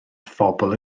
phobl